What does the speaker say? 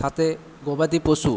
সাথে গবাদি পশু